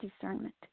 discernment